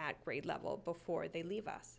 at grade level before they leave us